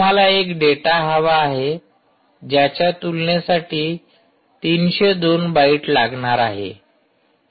तुम्हाला एक डेटा हवा आहे ज्याच्या तुलनेसाठी 302 बाईट लागणार आहे